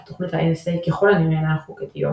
תוכניות ה-NSA "ככל הנראה אינן חוקתיות",